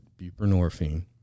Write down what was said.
buprenorphine